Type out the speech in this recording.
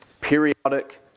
periodic